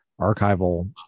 archival